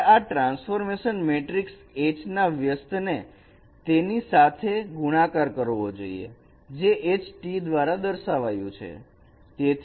તમારે આ transformation matrix H ના વ્યસ્ત ને તેની સાથે ગુણાકાર કરવો જોઈએ જે H T દ્વારા દર્શાવ્યું છે